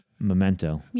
Memento